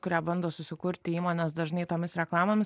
kurią bando susikurti įmonės dažnai tomis reklamomis